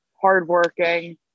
hardworking